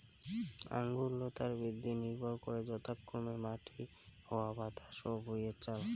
আঙুর লতার বৃদ্ধি নির্ভর করে যথাক্রমে মাটি, হাওয়া বাতাস আর ভুঁইয়ের ঢাল